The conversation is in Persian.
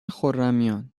خرمیان